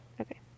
Okay